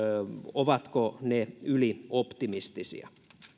ovatko ne ylioptimistisia